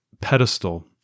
pedestal